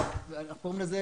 אנחנו קוראים לזה